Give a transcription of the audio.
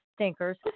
stinkers